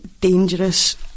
dangerous